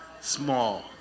small